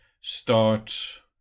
start